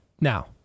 Now